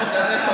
החוק הזה,